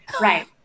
right